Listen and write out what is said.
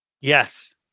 Yes